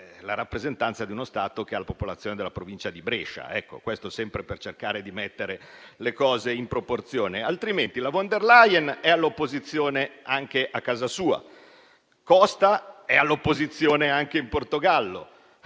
Paese, è uno Stato che ha la popolazione della Provincia di Brescia, questo sempre per cercare di mettere le cose in proporzione. Altrimenti, la von der Leyen è all'opposizione anche a casa sua, Costa è all'opposizione anche in Portogallo,